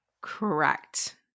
Correct